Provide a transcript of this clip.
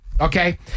Okay